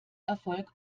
erfolg